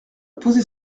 poser